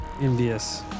envious